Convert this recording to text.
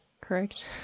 correct